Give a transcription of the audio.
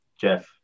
Jeff